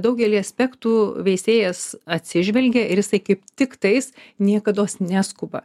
daugelį aspektų veisėjas atsižvelgia ir jisai kaip tiktais niekados neskuba